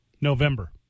November